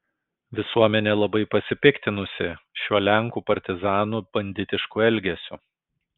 visuomenė labai pasipiktinusi šiuo lenkų partizanų banditišku elgesiu